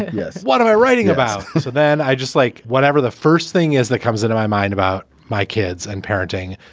yes. what am i writing about? so then i just like whatever the first thing is that comes into my mind about my kids and parenting.